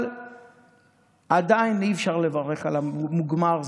אבל עדיין אי-אפשר לברך על המוגמר.